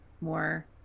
more